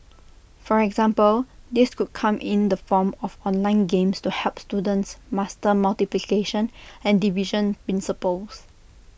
for example this could come in the form of online games to help students master multiplication and division principles